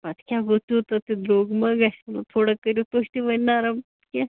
پَتہٕ کیٛاہ گوٚو تیوٗتاہ تہِ درٛوگ مہ گَژھِ مطلب تھوڑا کٔرِو تُہۍ تہِ وۄنۍ نرم کینٛہہ